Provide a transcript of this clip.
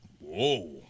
Whoa